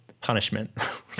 punishment